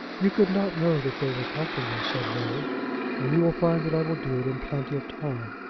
you could not know that they were comfortable, said harry and you will find that i will do it in plenty of time.